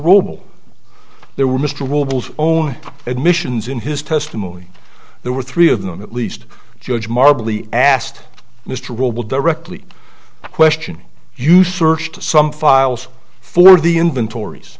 robel there were mr wools own admissions in his testimony there were three of them at least judge marble the asked mr will directly question you searched some files for the inventories